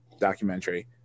documentary